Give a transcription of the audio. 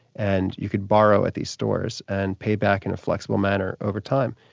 and you could borrow at these stores and pay back in a flexible manner over time.